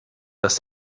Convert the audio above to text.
dass